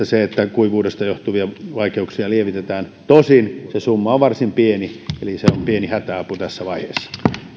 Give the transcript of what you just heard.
se että kuivuudesta johtuvia vaikeuksia lievitetään tosin se summa on varsin pieni eli se on pieni hätäapu tässä vaiheessa